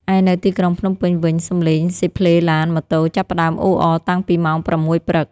ឯនៅទីក្រុងភ្នំពេញវិញ សំឡេងស៊ីផ្លេឡានម៉ូតូចាប់ផ្តើមអ៊ូអរតាំងពីម៉ោង ៦ ព្រឹក។